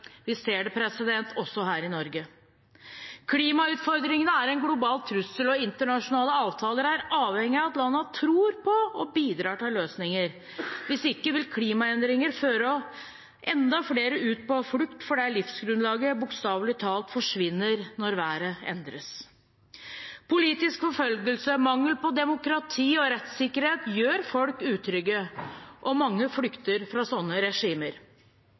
Vi ser det også her i Norge. Klimautfordringen er en global trussel, og internasjonale avtaler er avhengig av at landene tror på og bidrar til løsninger. Hvis ikke vil klimaendringer føre enda flere ut på flukt fordi livsgrunnlaget bokstavelig talt forsvinner når været endres. Politisk forfølgelse og mangel på demokrati og rettssikkerhet gjør folk utrygge, og mange flykter fra sånne regimer.